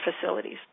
facilities